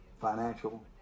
financial